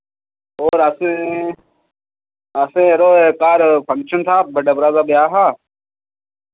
और असैं असैं यरो एह् घर फंक्शन हा बड्डे भ्रा दा ब्याह् हा